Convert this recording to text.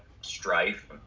strife